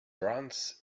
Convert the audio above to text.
runs